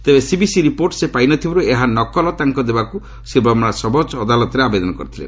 ତେବେ CVC report ସେ ପାଇନଥିବାରୁ ଏହାର ନକଲ ତାଙ୍କୁ ଦେବାକୁ ଶ୍ରୀ ବର୍ମା ସର୍ବୋଚ୍ଚ ଅଦାଲତରେ ଆବେଦନ କରିଥିଲେ